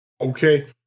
Okay